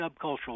subcultural